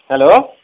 hello